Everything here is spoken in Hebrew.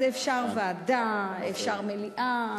אז אפשר ועדה, אפשר מליאה.